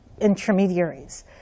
intermediaries